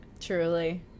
Truly